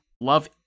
love